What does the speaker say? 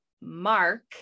mark